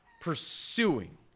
pursuing